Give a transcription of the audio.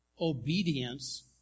obedience